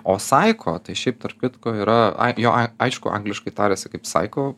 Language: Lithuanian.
o saiko tai šiaip tarp kitko yra ai jo ai aišku angliškai tariasi kaip saiko